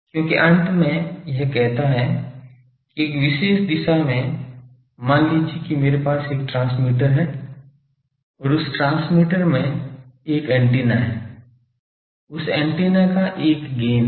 क्योंकि अंत में यह कहता है कि एक विशेष दिशा में मान लीजिए कि मेरे पास एक ट्रांसमीटर है और उस ट्रांसमीटर में एक एंटीना है उस एंटीना का एक गैन है